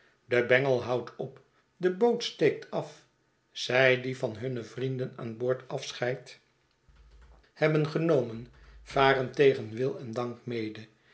de bengel houdt op de boot steekt af zij die van hunne vrienden aan boord afscheid hebben genomen varen tegen wii en dank mede